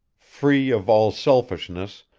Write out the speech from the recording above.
free of all selfishness,